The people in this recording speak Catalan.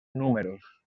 números